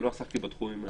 כי לא עסקתי בתחומים האלה.